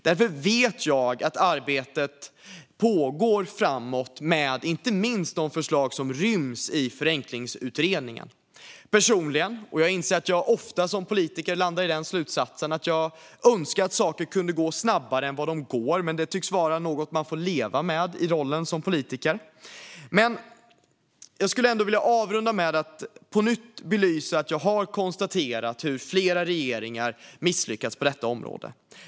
Därför vet jag att arbetet pågår framåt, inte minst med de förslag som ryms i förenklingsutredningen. Personligen - och jag inser att jag ofta som politiker landar i den slutsatsen - önskar jag att saker kunde gå snabbare än de gör, men det tycks vara något man får leva med i rollen som politiker. Jag skulle vilja avrunda med att på nytt belysa att jag har konstaterat hur flera regeringar har misslyckats på detta område.